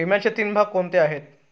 विम्याचे तीन भाग कोणते आहेत?